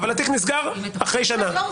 אבל התיק נסגר אחרי שנה,